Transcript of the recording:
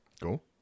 Cool